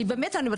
אני באמת,